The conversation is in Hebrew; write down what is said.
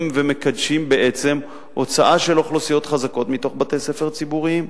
ומקדשים בעצם הוצאה של אוכלוסיות חזקות מתוך בתי-ספר ציבוריים.